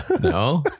No